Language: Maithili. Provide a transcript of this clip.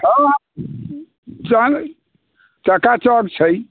हँ चकाचक छै